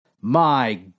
My